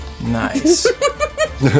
Nice